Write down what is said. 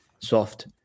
soft